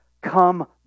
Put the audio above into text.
come